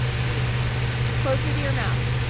here we go closer to your mouth.